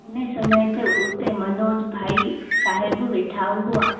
उन ई समय ते उते मनोज भाई साहिबु वेठा हुआ